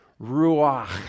Ruach